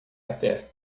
até